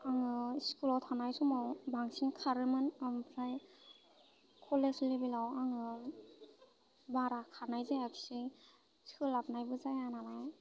आङो स्कुलाव थानाय समाव बांसिन खारोमोन ओमफ्राय कलेज लेबेलाव आङो बारा खारनाय जायाखिसै सोलाबनायबो जाया नालाय